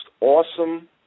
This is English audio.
awesome